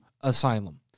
asylum